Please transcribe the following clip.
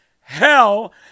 hell